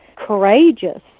courageous